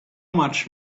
much